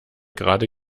gerade